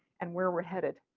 and where we are headed.